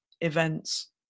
events